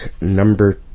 number